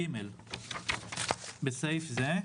"(ג)בסעיף זה,